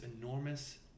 enormous